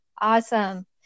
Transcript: Awesome